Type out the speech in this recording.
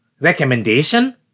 recommendation